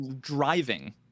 Driving